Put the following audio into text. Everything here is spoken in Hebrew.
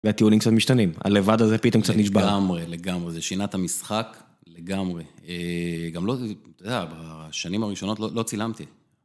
והטיולים קצת משתנים. הלבד הזה פתאום קצת נשבר. לגמרי, לגמרי. זה שינה את המשחק לגמרי. גם לא, אתה יודע, בשנים הראשונות לא צילמתי.